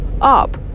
up